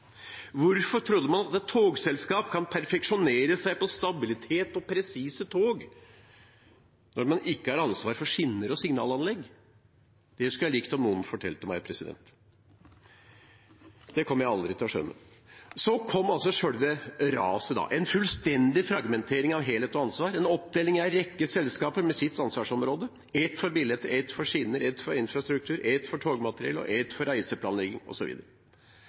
Hvorfor trodde man at togselskap kan perfeksjonere seg på stabilitet og presise tog når man ikke har ansvar for skinner og signalanlegg? Det skulle jeg likt om noen fortalte meg. Det kommer jeg aldri til å skjønne. Så kom altså selve raset – en fullstendig fragmentering av helhet og ansvar, en oppdeling i en rekke selskaper med sitt ansvarsområde, ett for billetter, ett for skinner, ett for infrastruktur, ett for togmateriell, ett for reiseplanlegging,